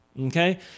okay